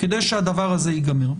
כדי שהדבר הזה ייגמר.